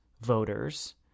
voters